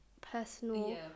personal